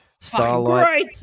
Starlight